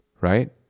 right